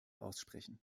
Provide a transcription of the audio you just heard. aussprechen